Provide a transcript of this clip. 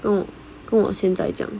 uh 跟我现在这样